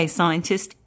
scientist